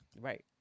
Right